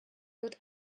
wird